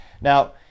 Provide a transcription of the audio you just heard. now